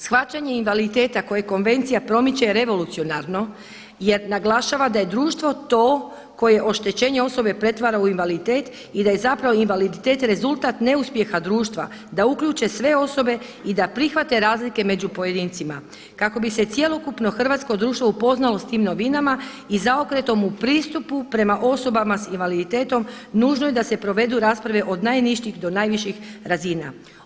Shvaćanje invaliditeta koje konvencija promiče je revolucionarno jer naglašava da je društvo to koje oštećenje osobe pretvara u invaliditet i da je zapravo invaliditet rezultat neuspjeha društva, da uključe sve osobe i da prihvate razlike među pojedincima kako bi se cjelokupno hrvatsko društvo upoznalo sa tim novinama i zaokretom u pristupu prema osobama sa invaliditetom nužno je da se provedu rasprave od najnižih do najviših razina.